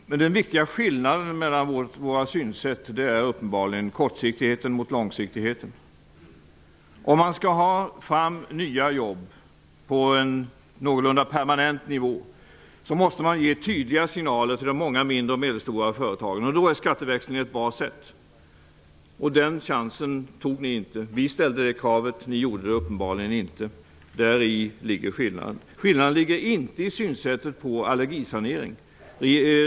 Fru talman! Den viktiga skillnaden mellan våra synsätt är uppenbarligen kortsiktigheten respektive långsiktigheten. Om man skall ha fram nya jobb på en någorlunda permanent nivå måste man ge tydliga signaler till de många mindre och medelstora företagen. Då är skatteväxling ett bra sätt, och den chansen tog ni inte. Vi ställde det kravet - ni gjorde det uppenbarligen inte. Däri ligger skillnaden. Skillnaden ligger inte i synen på allergisanering.